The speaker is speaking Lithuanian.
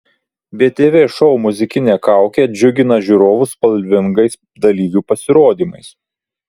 btv šou muzikinė kaukė džiugina žiūrovus spalvingais dalyvių pasirodymais